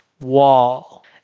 wall